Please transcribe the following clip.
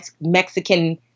Mexican